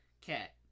Cat